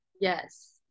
Yes